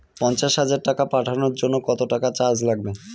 পণ্চাশ হাজার টাকা পাঠানোর জন্য কত টাকা চার্জ লাগবে?